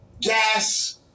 gas